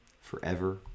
forever